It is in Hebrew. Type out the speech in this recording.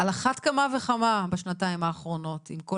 על אחת כמה וכמה בשנתיים באחרונות עם כל